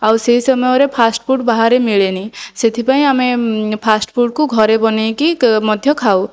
ଆଉ ସେଇ ସମୟରେ ଫାଷ୍ଟଫୁଡ଼ ବାହାରେ ମିଳେନି ସେଥିପାଇଁ ଆମେ ଫାଷ୍ଟଫୁଡ଼କୁ ଘରେ ବନେଇକି ମଧ୍ୟ ଖାଉ